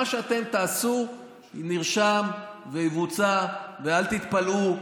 מה שאתם תעשו נרשם ויבוצע, ואל תתפלאו.